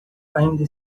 ainda